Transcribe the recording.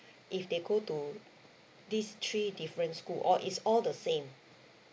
if they go to these three different schools or it's all the same